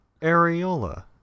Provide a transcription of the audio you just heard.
areola